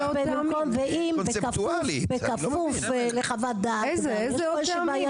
ואם בכפוף לחוות דעת, זה לא ברור לפי הנוסח.